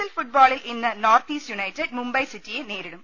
L ഫുട്ബോളിൽ ഇന്ന് north east united Mumbai സിറ്റിയെ നേരിടും